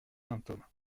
symptôme